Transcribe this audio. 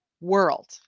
world